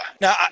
Now